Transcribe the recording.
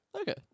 Okay